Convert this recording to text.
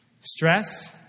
Stress